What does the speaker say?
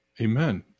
Amen